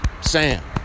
Sam